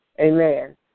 Amen